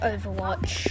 Overwatch